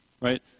right